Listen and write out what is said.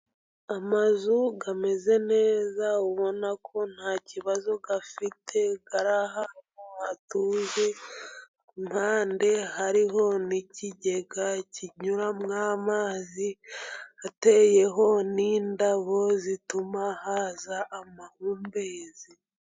Amazu ameze neza, ubona ko ntakibazo afite ari ahantu hatuje, impande hariho n'ikigega kinyuramo amazi, ateyeho n'indabo zituma haza amahumbezi.